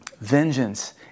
Vengeance